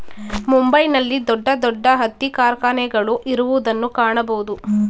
ಮುಂಬೈ ನಲ್ಲಿ ದೊಡ್ಡ ದೊಡ್ಡ ಹತ್ತಿ ಕಾರ್ಖಾನೆಗಳು ಇರುವುದನ್ನು ಕಾಣಬೋದು